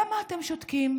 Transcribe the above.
למה אתם שותקים?